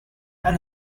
and